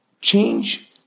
Change